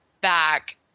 back